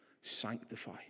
sanctify